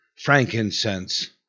frankincense